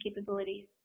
capabilities